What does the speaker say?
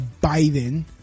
Biden